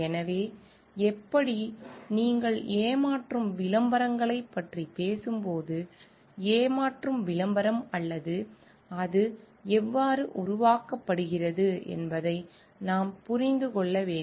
எனவே எப்படி நீங்கள் ஏமாற்றும் விளம்பரங்களைப் பற்றி பேசும்போது ஏமாற்றும் விளம்பரம் அல்லது அது எவ்வாறு உருவாக்கப்படுகிறது என்பதை நாம் புரிந்து கொள்ள வேண்டும்